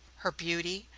her beauty,